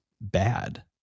bad